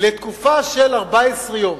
לתקופה של 14 יום.